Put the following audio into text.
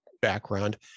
background